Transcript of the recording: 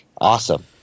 Awesome